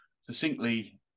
succinctly